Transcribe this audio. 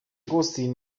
austin